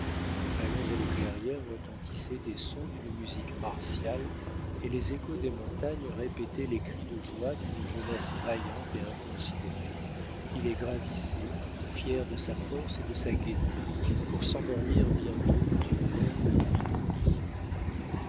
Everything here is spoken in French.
les vallons et les clairières retentissaient des sons d'une musique martiale et les échos des montagnes répétaient les cris de joie d'une jeunesse vaillante et inconsidérée qui les gravissait fière de sa force et de sa gaieté pour s'endormir bientôt dans une longue nuit d'oubli